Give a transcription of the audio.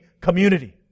community